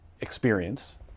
experience